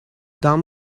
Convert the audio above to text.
down